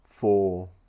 four